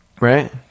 right